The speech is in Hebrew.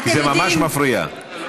זה ממש מפריע.